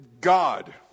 God